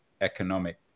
economic